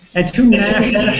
into national